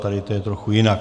Tady je to trochu jinak.